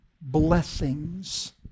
blessings